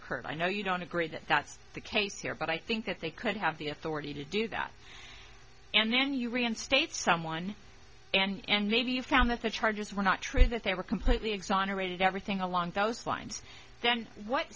occurred i know you don't agree that that's the case here but i think that they could have the authority to do that and then you reinstate someone and maybe you found that the charges were not true that they were completely exonerated everything along those lines then what